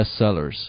bestsellers